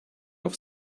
off